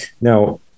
Now